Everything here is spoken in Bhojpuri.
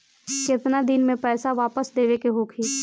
केतना दिन में पैसा वापस देवे के होखी?